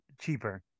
cheaper